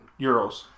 euros